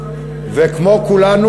וכמו כולנו,